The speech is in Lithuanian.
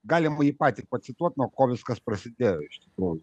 galima jį patį pacituot nuo ko viskas prasidėjo iš tikrųjų